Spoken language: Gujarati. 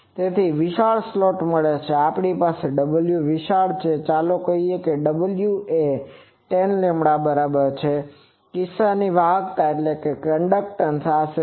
તેથી વિશાળ સ્લોટ માટે જો આપણી પાસે w વિશાળ છે ચાલો કહીએ કે w એ 10 બરાબર છે તે કિસ્સામાં વાહકતા આશરે 0